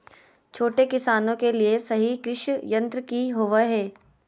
छोटे किसानों के लिए सही कृषि यंत्र कि होवय हैय?